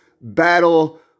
battle